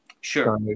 Sure